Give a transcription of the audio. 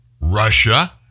Russia